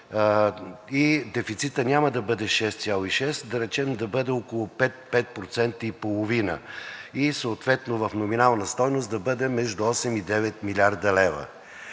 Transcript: и дефицитът няма да бъде 6,6%, да кажем, да бъде около 5 – 5,5% и съответно в номинална стойност да бъде между 8 и 9 млрд. лв.